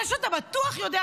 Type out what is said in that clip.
מה שאתה בטוח יודע,